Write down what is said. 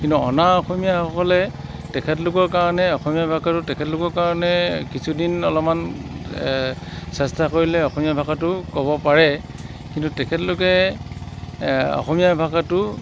কিন্তু অনা অসমীয়াসকলে তেখেতলোকৰ কাৰণে অসমীয়া ভাষাটো তেখেতলোকৰ কাৰণে কিছুদিন অলপমান চেষ্টা কৰিলে অসমীয়া ভাষাটো ক'ব পাৰে কিন্তু তেখেতলোকে অসমীয়া ভাষাটো